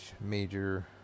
major